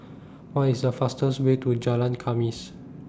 What IS The fastest Way to Jalan Khamis